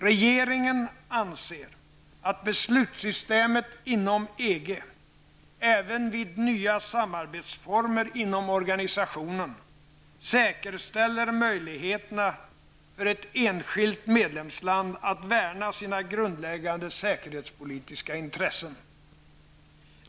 Regeringen anser att beslutssystemet inom EG, även vid nya samarbetsformer inom organisationen, säkerställer möjligheterna för ett enskilt medlemsland att värna sina grundläggande säkerhetspolitiska intressen.